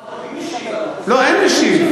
לא, אין משיב.